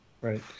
Right